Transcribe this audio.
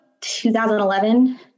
2011